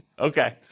Okay